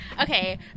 Okay